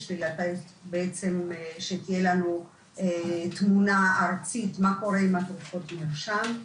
ובעצם תהיה לנו תמונה ארצית מה קורה עם התרופות מרשם.